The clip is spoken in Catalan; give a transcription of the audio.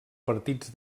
partits